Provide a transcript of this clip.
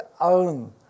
own